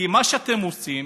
כי מה שאתם עושים,